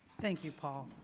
thank you paul.